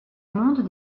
monde